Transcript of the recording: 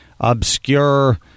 obscure